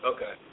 Okay